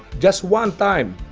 just one time,